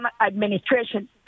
administration